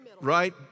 right